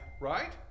right